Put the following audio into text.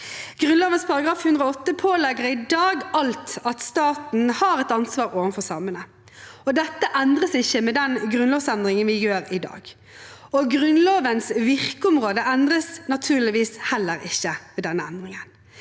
Grunnloven § 108 pålegger allerede i dag staten et ansvar overfor samene. Dette endres ikke med den grunnlovsendringen vi gjør i dag. Grunnlovens virkeområde endres naturligvis heller ikke ved denne endringen.